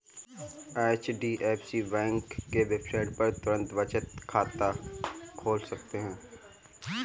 HDFC bank के website पर तुरंत बचत खाता खोल सकते है